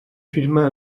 firma